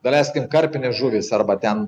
daleiskim karpinės žuvys arba ten